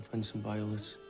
and some violets.